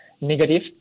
negative